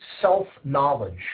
self-knowledge